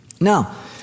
Now